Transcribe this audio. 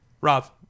Rob